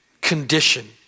condition